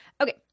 Okay